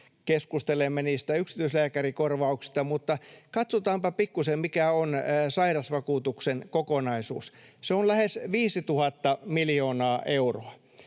keskustelemme niistä yksityislääkärikorvauksista, mutta katsotaanpa pikkuisen, mikä on sairausvakuutuksen kokonaisuus. Se on lähes 5 000 miljoonaa euroa.